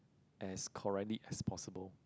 as correctly as possible